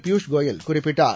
பியூஷ் கோயல் குறிப்பிட்டார்